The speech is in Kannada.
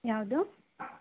ಯಾವುದು